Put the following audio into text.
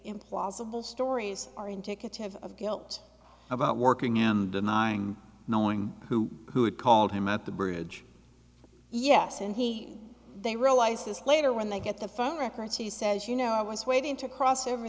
implausible stories are indicative of guilt about working and denying knowing who who had called him at the bridge yes and he they realize this later when they get the phone records he says you know i was waiting to cross over